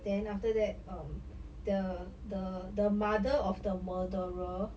then after that um the the the mother of the murderer